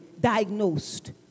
diagnosed